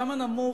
כמה נמוך.